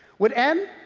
with n,